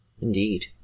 Indeed